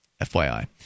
FYI